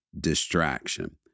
distraction